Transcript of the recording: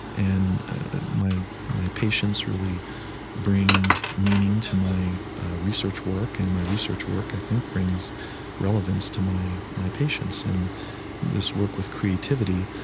and my patients patients really bring meaning to my research work and my research work, i think, brings relevance to my my patients and this work with creativity,